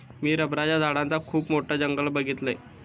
मी रबराच्या झाडांचा खुप मोठा जंगल बघीतलय